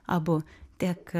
abu tiek